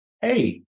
hey